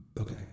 Okay